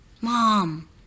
Mom